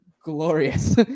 glorious